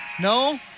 no